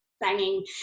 banging